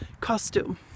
costume